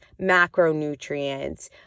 macronutrients